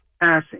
passing